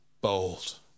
Bold